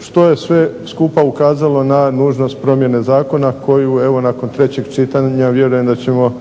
što je sve skupa ukazalo na nužnost promjene zakona koju evo nakon trećeg čitanja vjerujem da ćemo